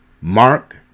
Mark